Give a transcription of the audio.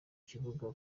kibuga